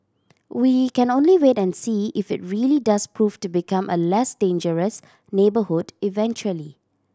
we can only wait and see if it really does prove to become a less dangerous neighbourhood eventually